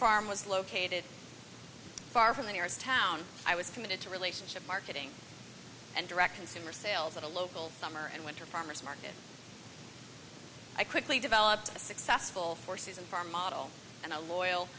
farm was located far from the nearest town i was committed to relationship marketing and direct consumer sales at a local summer and winter farmer's market i quickly developed a successful horses and farm model and a loyal